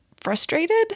frustrated